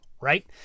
right